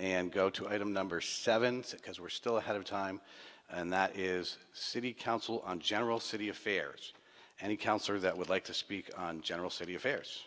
and go to item number seven because we're still ahead of time and that is city council on general city affairs and accounts or that would like to speak on general city affairs